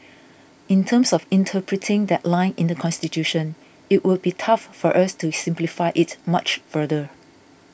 in terms of interpreting that line in the Constitution it would be tough for us to simplify it much further